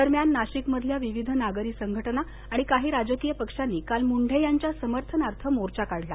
दरम्यान नाशिक मधल्या विविध नागरी संघटना आणि काही राजकीय पक्षांनी काल मुंढे यांच्या समर्थनार्थ मोर्चा काढला